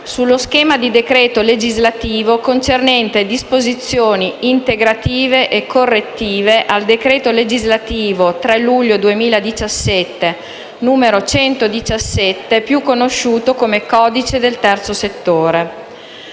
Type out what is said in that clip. sullo schema di decreto legislativo concernente disposizioni integrative e correttive al decreto legislativo 3 luglio 2017, n. 117, più conosciuto come codice del terzo settore.